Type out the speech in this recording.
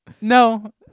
No